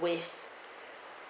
with